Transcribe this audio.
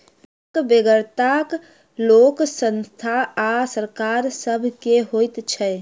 वित्तक बेगरता लोक, संस्था आ सरकार सभ के होइत छै